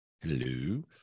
Hello